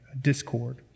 discord